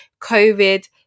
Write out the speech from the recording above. covid